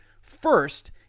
First